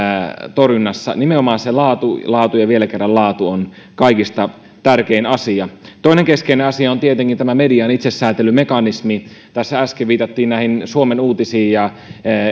torjunnassa nimenomaan se laatu laatu ja vielä kerran laatu on kaikista tärkein asia toinen keskeinen asia on tietenkin tämä median itsesäätelymekanismi tässä äsken viitattiin näihin suomen uutisiin